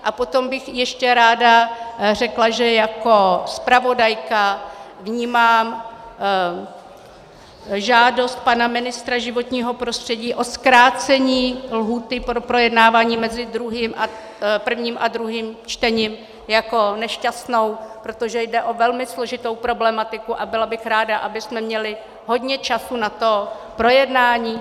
A potom bych ještě ráda řekla, že jako zpravodajka vnímám žádost pana ministra životního prostředí o zkrácení lhůty pro projednávání mezi prvním a druhým čtením jako nešťastnou, protože jde o velmi složitou problematiku a byla bych ráda, abychom měli hodně času na projednávání.